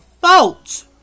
fault